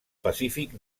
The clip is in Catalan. pacífic